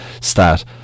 stat